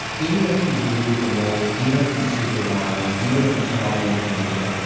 even if you remove the mold, even if you treat the lyme, even if you turn off the inflammation,